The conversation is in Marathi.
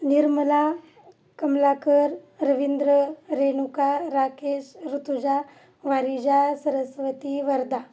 निर्मला कमलाकर रविंद्र रेणुका राकेश ऋतुजा वारीजा सरस्वती वरदा